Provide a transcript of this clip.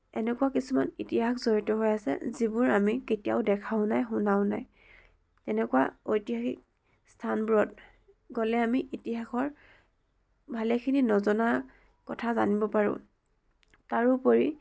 এনেকুৱা কিছুমান ইতিহাস জড়িত হৈ আছে যিবোৰ আমি কেতিয়াও দেখাও নাই শুনাও নাই তেনেকুৱা ঐতিহাসিক স্থানবোৰত গ'লে আমি ইতিহাসৰ ভালেখিনি নজনা কথা জানিব পাৰোঁ তাৰোপৰি